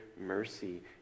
mercy